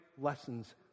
lessons